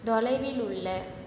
தொலைவில் உள்ள